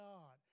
God